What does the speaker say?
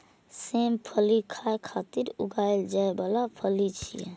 सेम फली खाय खातिर उगाएल जाइ बला फली छियै